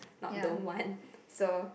not don't want so